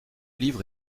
livre